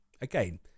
again